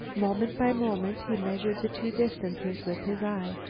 moment by moment he measured the two distances with his eye.